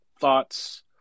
thoughts